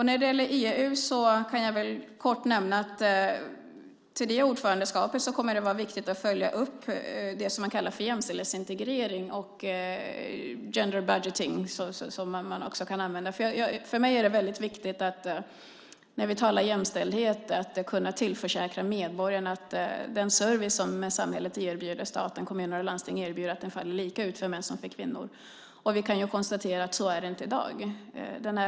När det gäller EU kan jag kort nämna att det till det ordförandeskapet kommer att vara viktigt att följa upp det man kallar för jämställdhetsintegrering och gender budgeting , som man också kan använda. För mig är det väldigt viktigt när vi talar jämställdhet att kunna tillförsäkra medborgarna att den service som staten, kommuner och landsting erbjuder faller ut lika för män och för kvinnor. Vi kan ju konstatera att det inte är så i dag.